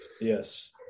Yes